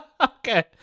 Okay